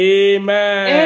amen